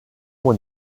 one